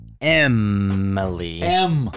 Emily